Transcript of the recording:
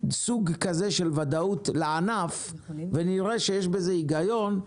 סוג כזה של ודאות לענף ונראה שיש בזה היגיון,